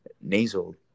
nasal